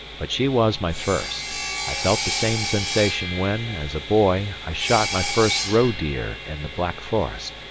but she was my first i felt the same sensation when, as a boy, i shot my first roe-deer in the black forest,